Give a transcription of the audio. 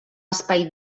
espai